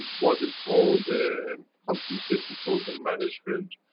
what we call, the computer people, the management,